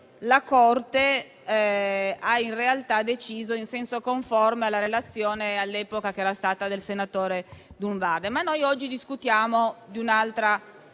la Corte ha in realtà deciso in senso conforme alla relazione dell'epoca, che era stata del senatore Durnwalder. Ma noi oggi discutiamo di un'altra